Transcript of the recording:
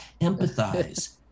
empathize